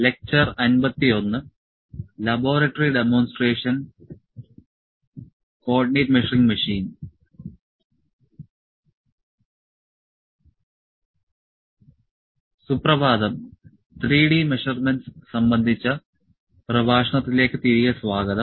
സുപ്രഭാതം 3D measurements സംബന്ധിച്ച പ്രഭാഷണത്തിലേക്ക് തിരികെ സ്വാഗതം